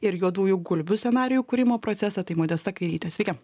ir juodųjų gulbių scenarijų kūrimo procesą tai modesta kairytė sveiki